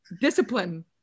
Discipline